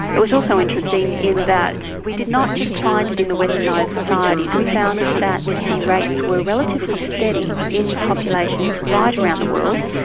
it was also interesting in that we did not just find it in the westernised societies, we found that the rates were relatively steady in populations right around the world.